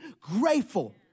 grateful